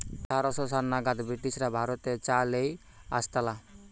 আঠার শ সাল নাগাদ ব্রিটিশরা ভারতে চা লেই আসতালা